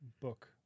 book